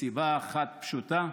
מסיבה אחת פשוטה: